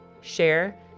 share